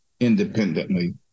independently